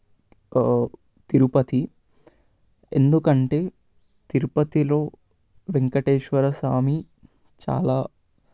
తిరుపతి ఎందుకంటే తిరుపతిలో వెంకటేశ్వర స్వామి చాలా